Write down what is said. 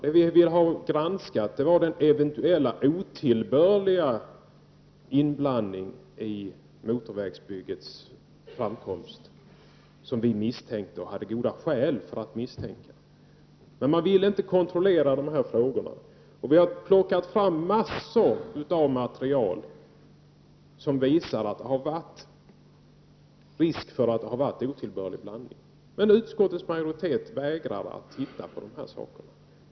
Det som utskottet granskade var den eventuella, otillbörliga inblandning i motorvägsbyggets framkomst som vi misstänkte — och hade goda skäl för att misstänka. Vi har plockat fram massor av material som visar att det finns risk för att det har förekommit otillbörlig inblandning, men utskottets majoritet vägrar att kontrollera det.